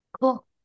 Cool